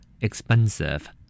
expensive